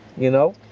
you know.